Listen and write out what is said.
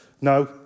no